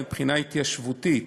ומבחינה התיישבותית,